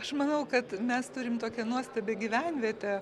aš manau kad mes turim tokią nuostabią gyvenvietę